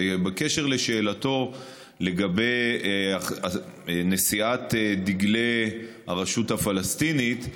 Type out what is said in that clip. בקשר לשאלתו לגבי נשיאת דגלי הרשות הפלסטינית,